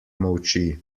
molči